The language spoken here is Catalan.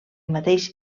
mateix